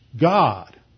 God